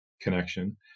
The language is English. connection